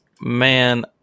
Man